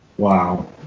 Wow